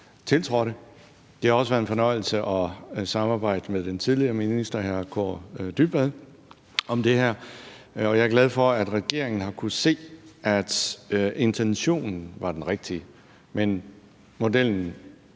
tiltrådte. Det har også været en fornøjelse at samarbejde med den tidligere minister, hr. Kaare Dybvad Bek, om det her. Og jeg er glad for, at regeringen har kunnet se, at intentionen var den rigtige. Men modellen